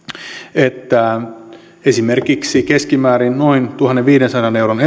että esimerkiksi keskimäärin noin tuhannenviidensadan euron